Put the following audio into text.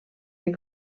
den